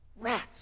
Rats